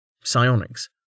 Psionics